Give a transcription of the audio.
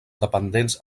dependents